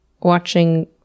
watching